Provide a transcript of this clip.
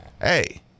hey